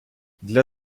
для